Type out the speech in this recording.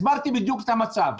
הסברתי בדיוק את המצב.